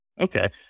Okay